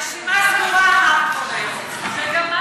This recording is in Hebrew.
הרשימה סגורה, אמר כבוד היושב-ראש.